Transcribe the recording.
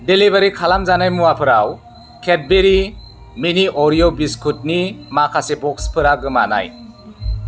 delivery खालामजानाय मुवाफोराव Cadbury mini Oreo बिस्कुटनि माखासे बक्सफोरा गोमानाय